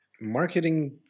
marketing